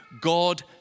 God